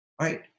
right